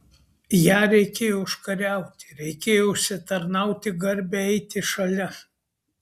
ją reikėjo užkariauti reikėjo užsitarnauti garbę eiti šalia